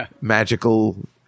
magical